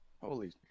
Holy